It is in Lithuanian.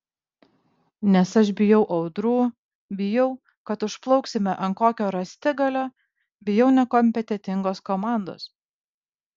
nes aš bijau audrų bijau kad užplauksime ant kokio rąstigalio bijau nekompetentingos komandos